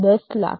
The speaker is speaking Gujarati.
૧0 લાખ